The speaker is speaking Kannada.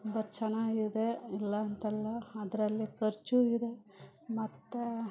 ತುಂಬ ಚೆನ್ನಾಗಿದೆ ಇಲ್ಲ ಅಂತಲ್ಲ ಅದರಲ್ಲೇ ಖರ್ಚು ಇದೆ ಮತ್ತೆ